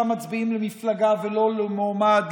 שבה מצביעים למפלגה ולא למועמד,